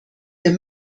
wir